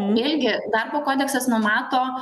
vėl gi darbo kodeksas numato